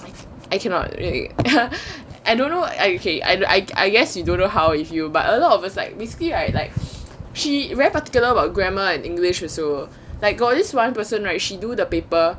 I cannot already I don't know okay I I guess you don't know how to feel but a lot of us a basically right like she very particular about grammar and english also like got this one person right she do the paper